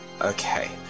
Okay